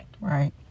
right